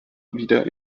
wieder